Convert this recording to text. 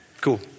Cool